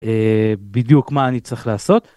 בדיוק מה אני צריך לעשות.